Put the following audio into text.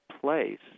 place